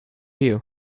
queue